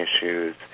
issues